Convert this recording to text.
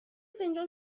فنجان